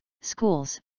schools